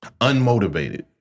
Unmotivated